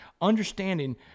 understanding